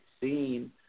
seen